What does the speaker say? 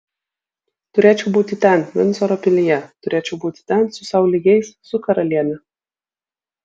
turėčiau būti ten vindzoro pilyje turėčiau būti ten su sau lygiais su karaliene